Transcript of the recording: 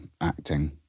acting